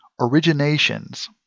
Originations